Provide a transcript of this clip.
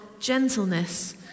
gentleness